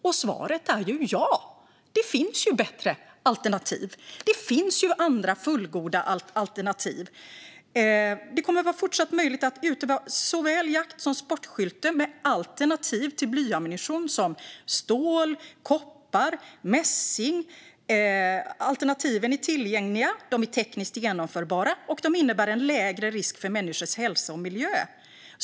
Och svaret är ja - det finns bättre alternativ. Det finns ju fullgoda alternativ. Det kommer att vara fortsatt möjligt att utöva såväl jakt som sportskytte med alternativ till blyammunition som stål, koppar eller mässing. Alternativen är tillgängliga. De är tekniskt genomförbara, och de innebär en lägre risk för människors hälsa och miljö.